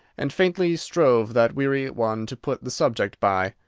and faintly strove that weary one to put the subject by,